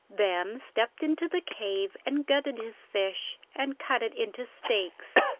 then stepped into the cave and gutted his fish and cut it into steaks,